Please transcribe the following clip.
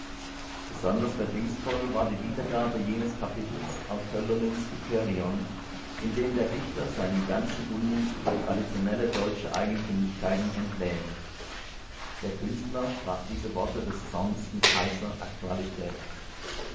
besonders verdienstvoll war die wiedergabe jenes kapitels aus hölderlins hyperion in dem der dichter seinen ganzen unmut über traditionelle deutsche eigentümlichkeiten entlädt der künstler sprach diese worte des zornes mit heißer aktualität